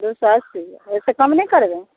दू सए अस्सी ओहिसँ कम नहि करबै